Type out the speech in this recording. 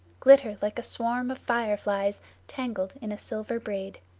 glitter like a swarm of fire-flies tangled in a silver braid.